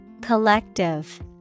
Collective